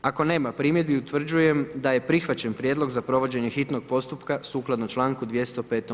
Ako nema primjedbi utvrđujem da je prihvaćen prijedlog za provođenje hitnog postupka sukladno čl. 205.